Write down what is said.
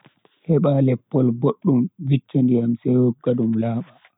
Heba leppol boddum, viccha ndiyam sai wogga dum laaba.